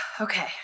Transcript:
Okay